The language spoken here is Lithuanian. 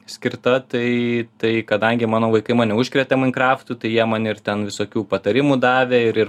skirta tai tai kadangi mano vaikai mane užkrėtė main kraftu tai jie man ir ten visokių patarimų davė ir ir